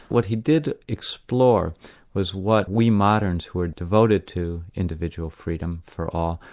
what he did explore was what we moderns were devoted to individual freedom for all,